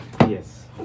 Yes